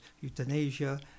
euthanasia